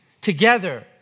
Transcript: together